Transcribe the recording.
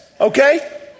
Okay